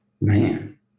Man